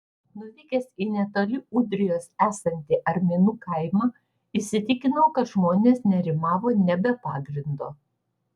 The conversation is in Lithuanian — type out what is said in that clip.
nuvykęs į netoli ūdrijos esantį arminų kaimą įsitikinau kad žmonės nerimavo ne be pagrindo